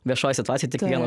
viešoj situacijoj tik vieno